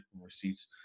receipts